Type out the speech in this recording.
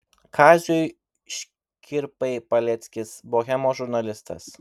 kaziui škirpai paleckis bohemos žurnalistas